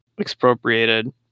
expropriated